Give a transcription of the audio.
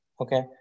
Okay